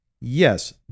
Yes